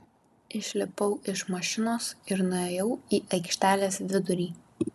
išlipau iš mašinos ir nuėjau į aikštelės vidurį